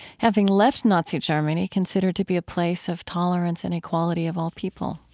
having left nazi germany, considered to be a place of tolerance and equality of all people.